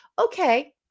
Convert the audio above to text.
okay